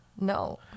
No